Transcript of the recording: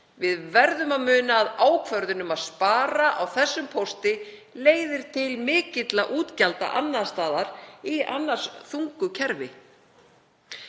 Við verðum að muna að ákvörðun um að spara á þessum pósti leiðir til mikilla útgjalda annars staðar í annars þungu kerfi